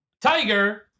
tiger